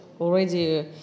already